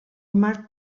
marc